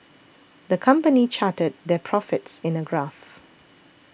the company charted their profits in a graph